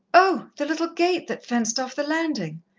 oh, the little gate that fenced off the landing!